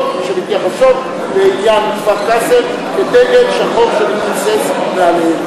שמתייחסות לעניין כפר-קאסם כדגל שחור שמתנוסס מעליהן.